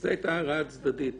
זאת הייתה הערה צדדית.